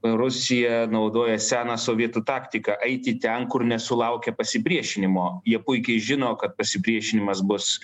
rusija naudoja seną sovietų taktiką eiti ten kur nesulaukia pasipriešinimo jie puikiai žino kad pasipriešinimas bus